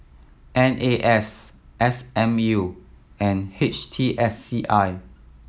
N A S S M U and H T S C I